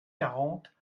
quarante